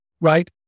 right